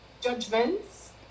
judgments